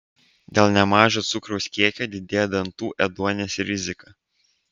dėl nemažo cukraus kiekio didėja dantų ėduonies rizika